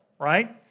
right